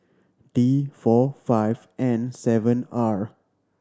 D four five N seven R